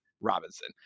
Robinson